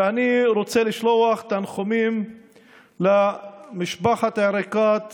ואני רוצה לשלוח תנחומים למשפחת עריקאת